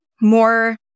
more